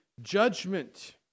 Judgment